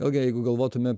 vėlgi jeigu galvotume